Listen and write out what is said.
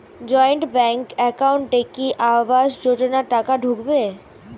Joint bank একাউন্টে কি আবাস যোজনা টাকা ঢুকবে?